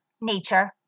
nature